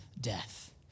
death